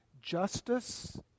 Justice